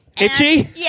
Itchy